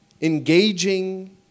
engaging